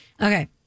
Okay